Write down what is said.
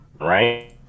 right